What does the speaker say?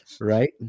right